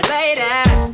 Ladies